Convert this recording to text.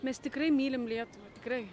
mes tikrai mylim lietuvą tikrai